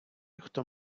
хто